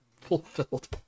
fulfilled